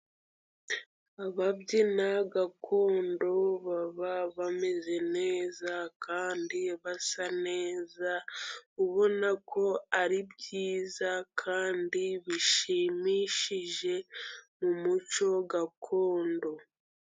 Ababyina gakondo baba bameze neza, kandi basa neza, ubona ko ari byiza kandi bishimishije mu muco gakondo,